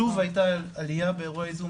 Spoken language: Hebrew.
שוב הייתה עלייה באירועי זום,